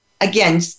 again